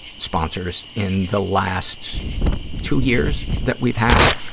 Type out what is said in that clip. sponsors in the last two years that we've had,